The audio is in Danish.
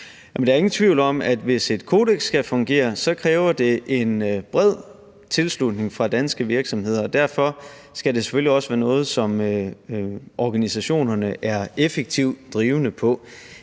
Der er ingen tvivl om, at hvis et kodeks skal fungere, kræver det en bred tilslutning fra danske virksomheder, og derfor skal det selvfølgelig også være noget, som organisationerne er effektivt drivende på.